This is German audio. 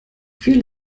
viel